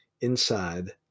inside